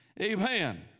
Amen